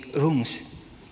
rooms